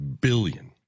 billion